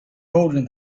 holding